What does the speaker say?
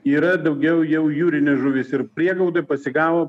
yra daugiau jau jūrinės žuvys ir prieglaudoje pasigavo